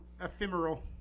Ephemeral